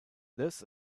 this